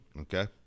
Okay